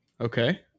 Okay